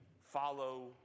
follow